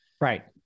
Right